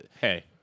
Hey